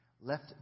left